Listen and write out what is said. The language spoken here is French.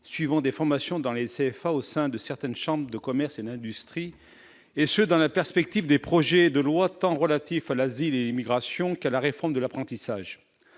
centres de formation d'apprentis, les CFA, au sein de certaines chambres de commerce et d'industrie, et ce dans la perspective du projet de loi relatif à l'asile et l'immigration et de la réforme de l'apprentissage.